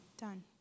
done